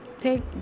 take